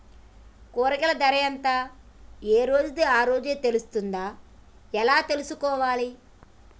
కూరగాయలు ధర ఎంత ఏ రోజుది ఆ రోజే తెలుస్తదా ఎలా తెలుసుకోవాలి?